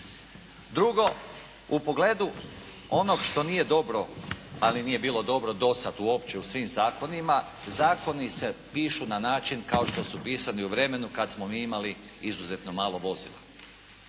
Drugo. U pogledu onog što nije dobro, ali nije bilo dobro do sad uopće u svim zakonima. Zakoni se pišu na način kao što su pisani u vremenu kad smo mi imali izuzetno malo vozila,